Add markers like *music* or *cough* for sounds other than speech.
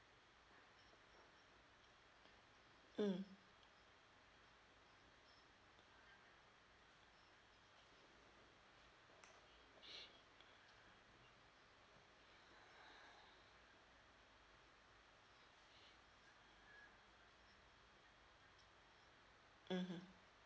mm *breath* mmhmm